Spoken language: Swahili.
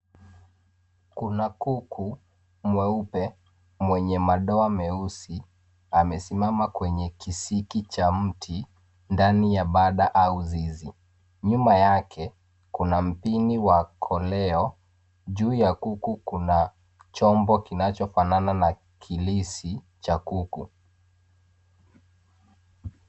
Kuna kuku mweupe mwenye madoa meusi. Amesimama kwenye kisiki cha mti ndani ya banda au zizi. Nyuma yake kuna mpini wa koleo. Juu ya kuku kuna chombo kinachofanana na kilisi cha kuku.